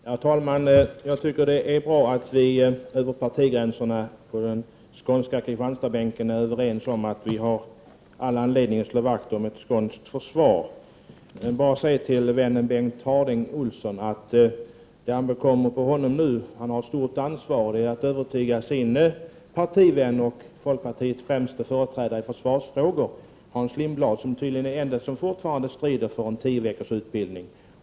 Herr talman! Jag tycker att det är bra att vi över partigränserna på den skånska Kristianstadsbänken är överens om att vi har all anledning att slå vakt om ett skånskt försvar. Jag vill bara säga till vännen Bengt Harding Olson att han nu har ett stort ansvar för att övertyga sin partivän och folkpartiets främste företrädare i försvarsfrågor, Hans Lindblad, som tydligen är den ende som fortfarande strider för en tioveckorsutbildning.